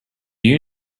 you